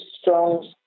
strong